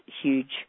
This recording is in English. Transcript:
huge